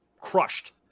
crushed